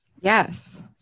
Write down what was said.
Yes